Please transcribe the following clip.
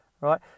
right